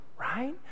right